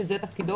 שזה תפקידו,